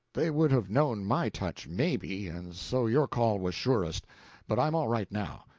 they would have known my touch, maybe, and so your call was surest but i'm all right now.